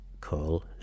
call